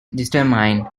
determined